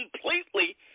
completely